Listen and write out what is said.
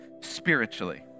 spiritually